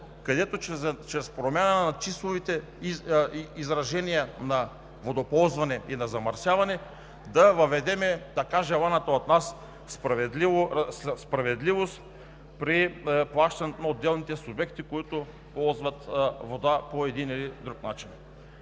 където чрез промяна на числовите изражения на водоползване и на замърсяване да въведем така желаната от нас справедливост при плащането на отделните субекти, които ползват вода по един или друг начин?